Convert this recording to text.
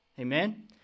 Amen